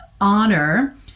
honor